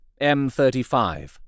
M35